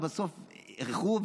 ובסוף איחרו,